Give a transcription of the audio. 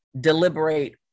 deliberate